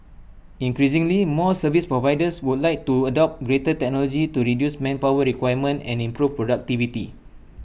increasingly more service providers would like to adopt greater technology to reduce manpower requirement and improve productivity